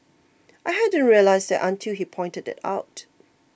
I hadn't realised that until he pointed it out